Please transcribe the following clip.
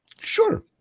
Sure